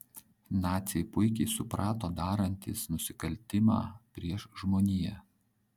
naciai puikiai suprato darantys nusikaltimą prieš žmoniją